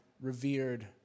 revered